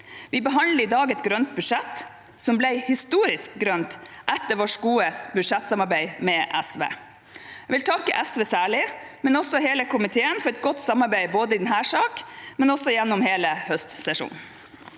Vi behandler i dag et grønt budsjett, som ble historisk grønt etter vårt gode budsjettsamarbeid med SV. Jeg vil takke SV særlig, men også hele komiteen, for et godt samarbeid både i denne saken og gjennom hele høstsesjonen.